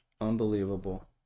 Unbelievable